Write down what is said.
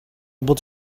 able